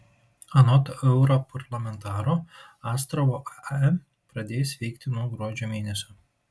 anot europarlamentaro astravo ae pradės veikti nuo gruodžio mėnesio